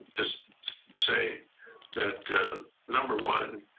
and just say that number one,